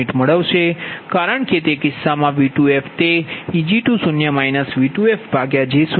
u મેળવશો કારણ કે તે કિસ્સામાંV2f તે Eg20 V2f j0